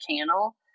channel